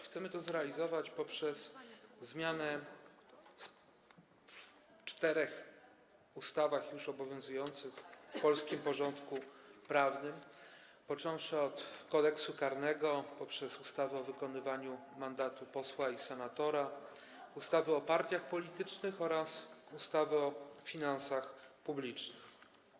Chcemy to zrealizować poprzez zmianę w czterech ustawach już obowiązujących w polskim porządku prawnym, począwszy od Kodeksu karnego, poprzez ustawę o wykonywaniu mandatu posła i senatora, po ustawę o partiach politycznych oraz ustawę o finansach publicznych.